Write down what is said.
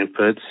inputs